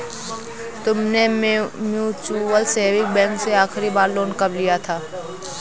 तुमने mutual saving bank से आखरी बार लोन कब लिया था?